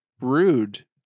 rude